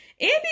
Andy